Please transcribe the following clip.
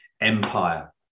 Empire